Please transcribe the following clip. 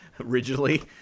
originally